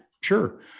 Sure